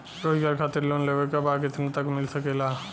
रोजगार खातिर लोन लेवेके बा कितना तक मिल सकेला?